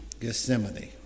Gethsemane